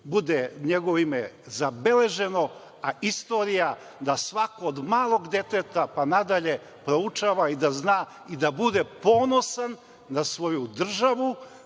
bude njegovo ime zabeleženo, a istorija da svako, od malog deteta da proučava i da zna, i da bude ponosan na svoju državu,